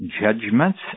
judgments